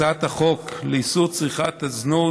הצעת החוק לאיסור צריכת הזנות,